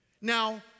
Now